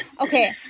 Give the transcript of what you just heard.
Okay